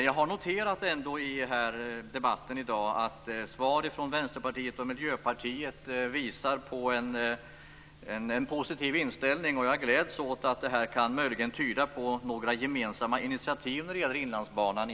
Jag noterade att svar från Vänsterpartiet och Miljöpartiet visar på en positiv inställning, och jag gläds åt att det inför vårbudgeten i april möjligen kan tyda på några gemensamma initiativ när det gäller Inlandsbanan.